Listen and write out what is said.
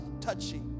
touchy